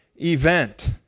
event